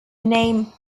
name